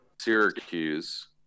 Syracuse